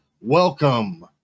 welcome